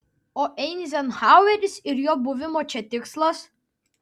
o eizenhaueris ir jo buvimo čia tikslas